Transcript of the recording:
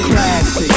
Classic